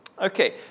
Okay